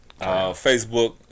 facebook